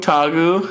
Tagu